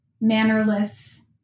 mannerless